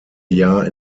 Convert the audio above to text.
jahr